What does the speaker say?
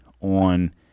on